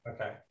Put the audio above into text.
okay